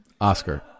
Oscar